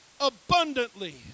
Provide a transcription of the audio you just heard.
abundantly